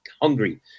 hungry